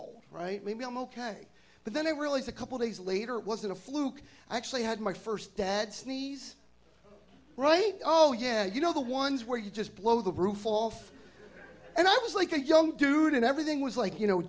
all right maybe i'm ok but then it really is a couple days later wasn't a fluke i actually had my first dad sneeze right oh yeah you know the ones where you just blow the roof fall and i was like a young dude and everything was like you know